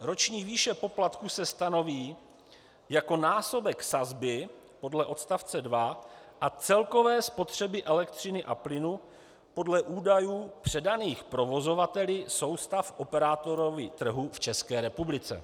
Roční výše poplatků se stanoví jako násobek sazby podle odstavce 2 a celkové spotřeby elektřiny a plynu podle údajů předaných provozovateli soustav operátorovi trhu v České republice.